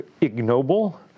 ignoble